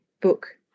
book